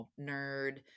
nerd –